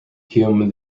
hume